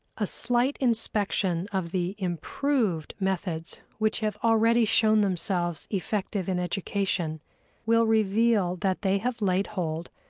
a slight inspection of the improved methods which have already shown themselves effective in education will reveal that they have laid hold,